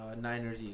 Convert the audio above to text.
Niners